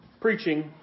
preaching